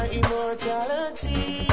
immortality